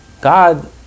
God